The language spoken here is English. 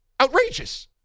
Outrageous